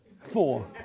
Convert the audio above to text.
Four